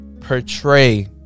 portray